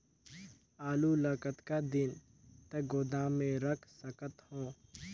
आलू ल कतका दिन तक गोदाम मे रख सकथ हों?